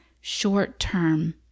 short-term